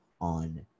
on